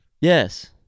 Yes